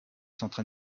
centre